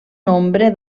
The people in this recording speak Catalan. nombre